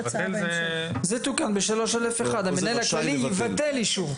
זה תוקן ב-3(א)(1) "המנהל הכללי יבטל אישור".